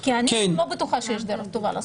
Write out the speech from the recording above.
כי אני לא בטוחה שיש דרך טובה לעשות את זה.